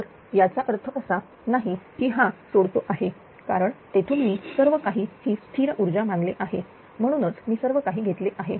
तर याचा अर्थ असा नाही की हा सोडतो आहे कारण तेथून मी सर्वकाही ही स्थिर ऊर्जा मानले आहे म्हणूनच मी सर्वकाही घेतले आहे